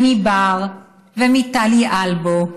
ומבר ומטלי אלבו,